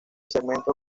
segmentos